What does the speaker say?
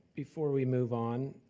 before we move on,